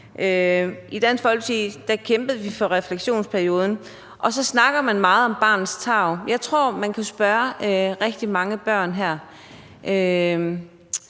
I Dansk Folkeparti kæmpede vi for refleksionsperioden, og så snakker man meget om barnets tarv. Men jeg tror, at man kan spørge rigtig mange børn, hvad